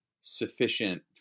sufficient